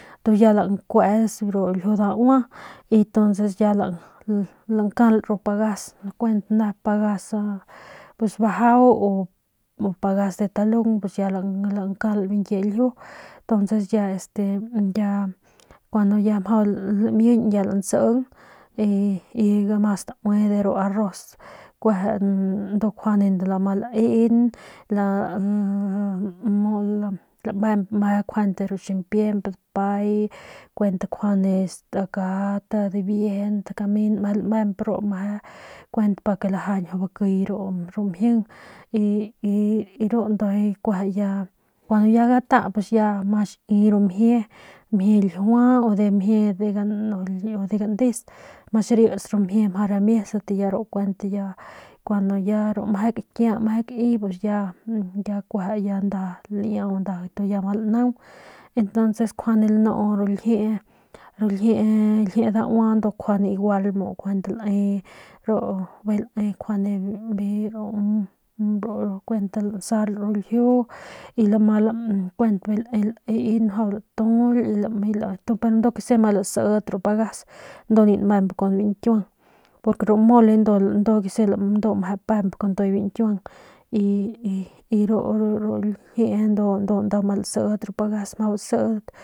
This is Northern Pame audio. Y ya lankuets ru ljiu daua y entonces ya lankal ru pagas kuent nep pagas bajau u pagas de talung y ya lankai ru nkie ljiu ntonces ya este cuandu ya mjau lamiñya lantsin y ma staui ru arroz kueje ndu nkjuande lama laen laaa mu lamemp meje ru ximpiemp ru dapay kuent nkjuande stakat dibiejent kamen meje lamemp meje ru meje kuent pa ke lajañ mjau bakiy ru mjing y y yru ndujuy kueje ya kun ya gata ya maxi ru mjie mjie ljiua u mjie de gandes ma xarits ru mjie mjau ramiesat ru kuent ya kun ru meje kakia meje kai ya kueje ya nda ya laiau nda ya ma lanaung y entonces nkjuande lanu ru ljiee ru ljiee daua ndu nkjuande igual nkjuande lae bijiy lae nkjuande ru kuent lasal ru ljiu lae laeng ru latujul pero ndu kese ma lasit ru pagas ndu ni nmemp kun biñkiuang porque ru mole ndu kese me lamemp kun kiñkiuang y ru ljiee ndu ndu ma laset ru pagas mjau laset.